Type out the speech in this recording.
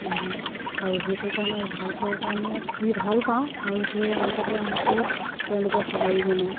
আৰু সেইটো কাৰণে ভালপোৱাৰ কাৰণে দি ভাল পাওঁ আৰু সেই অনুপাতে মোকো তেওঁলোকেও সঁহাৰি জনায়